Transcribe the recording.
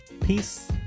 Peace